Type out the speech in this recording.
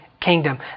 kingdom